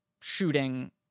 shooting